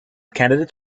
candidates